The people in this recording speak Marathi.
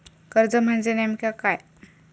कर्ज म्हणजे नेमक्या काय?